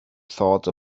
thought